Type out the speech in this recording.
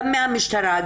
גם מהמשטרה,